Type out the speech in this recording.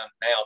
now